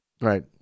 Right